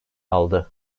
aldı